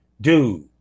Dude